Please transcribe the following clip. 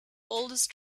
oldest